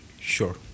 Sure